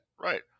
Right